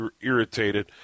irritated